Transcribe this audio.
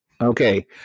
okay